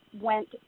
went